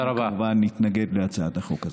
אנחנו כמובן נתנגד להצעת החוק.